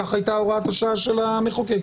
כך הייתה הוראת השעה של המחוקק.